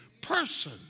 person